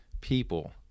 people